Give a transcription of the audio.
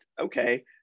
okay